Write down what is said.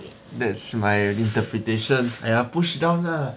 that's my interpretation !aiya! push down lah